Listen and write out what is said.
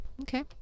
okay